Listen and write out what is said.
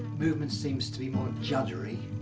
movement seems to be more juttery.